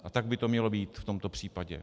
A tak by to mělo být v tomto případě.